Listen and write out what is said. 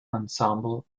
ensemble